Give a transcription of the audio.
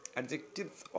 adjectives